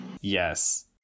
Yes